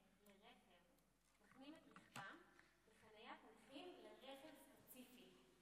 שמחנים את רכבם בחניית נכים לרכב ספציפי.